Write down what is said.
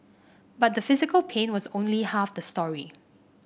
but the physical pain was only half the story